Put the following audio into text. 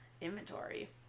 inventory